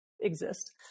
exist